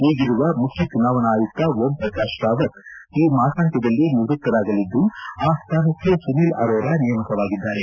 ಈಗಿರುವ ಮುಖ್ಯ ಚುನಾವಣಾ ಆಯುಕ್ತ ಓಂ ಪ್ರಕಾಶ್ ರಾವತ್ ಈ ಮಾಸಾಂತ್ಯದಲ್ಲಿ ನಿವೃತ್ತರಾಗಲಿದ್ದು ಆ ಸ್ಥಾನಕ್ಕೆ ಸುನಿಲ್ ಅರೋರಾ ನೇಮಕವಾಗಿದ್ದಾರೆ